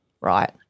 right